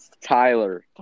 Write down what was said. Tyler